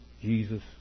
Jesus